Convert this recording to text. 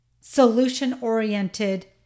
solution-oriented